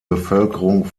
bevölkerung